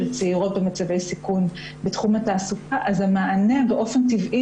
צעירות במצבי סיכון בתחום תעסוקה למשל.